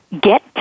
get